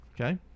Okay